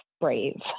brave